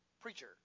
preacher